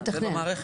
לתכנן.